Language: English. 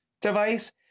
device